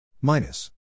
minus